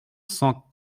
cent